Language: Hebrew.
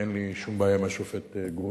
אין לי שום בעיה עם השופט גרוניס.